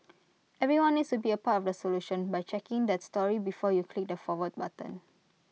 everyone needs to be A part of the solution by checking that story before you click the forward button